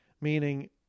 Meaning